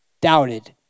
Doubted